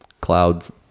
Clouds